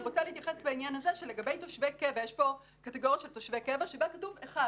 רוצה להתייחס שלגבי תושבי קבע כתוב: אחד.